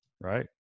right